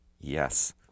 yes